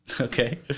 okay